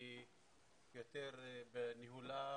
היא יותר בניהולה